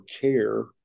care